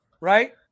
right